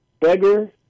Beggar